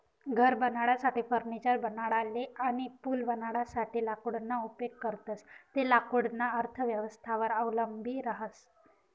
घर बनाडासाठे, फर्निचर बनाडाले अनी पूल बनाडासाठे लाकूडना उपेग करतंस ते लाकूडना अर्थव्यवस्थावर अवलंबी रहास